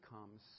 comes